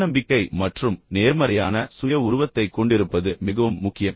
தன்னம்பிக்கை மற்றும் நேர்மறையான சுய உருவத்தைக் கொண்டிருப்பது மிகவும் முக்கியம்